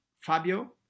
fabio